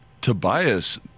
Tobias